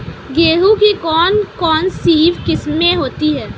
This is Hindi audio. गेहूँ की कौन कौनसी किस्में होती है?